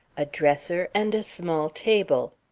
a dresser, and a small table.